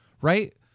right